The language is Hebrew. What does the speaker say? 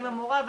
אמא מורה,